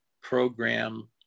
program